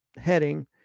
heading